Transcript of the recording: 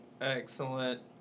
Excellent